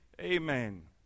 Amen